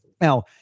Now